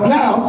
now